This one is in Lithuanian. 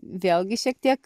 vėlgi šiek tiek